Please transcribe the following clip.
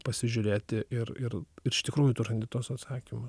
pasižiūrėti ir ir iš tikrųjų tu randi tuos atsakymus